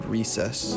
Recess